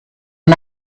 and